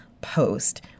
Post